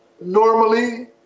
normally